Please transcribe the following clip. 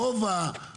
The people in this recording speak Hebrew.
רוב